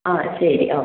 ആ ശരി ഓക്കെ